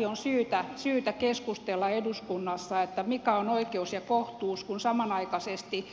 tästäkin on syytä keskustella eduskunnassa mikä on oikeus ja kohtuus kun samanaikaisesti